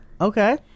Okay